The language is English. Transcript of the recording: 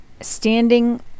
standing